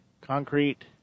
concrete